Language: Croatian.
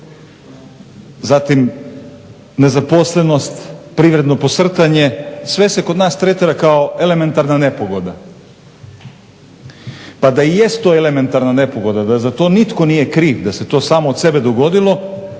zatim nezaposlenost, privredno posrtanje sve se kod nas tretira kao elementarna nepogoda. Pa da i jest to elementarna nepogoda, da za to nitko nije kriv, da se to samo od sebe dogodilo